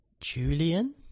Julian